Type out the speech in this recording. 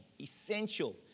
Essential